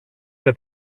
era